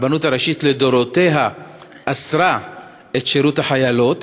הרבנות הראשית לדורותיה אסרה את שירות החיילות,